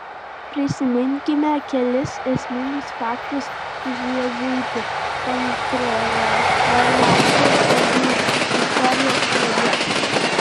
prisiminkime kelis esminius faktus iš jėzuitų kontrreformacijos šauklių istorijos pradžios